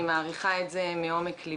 אני מעריכה זאת מעומק ליבי.